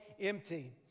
empty